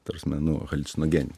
ta rasme nu haliucinogenių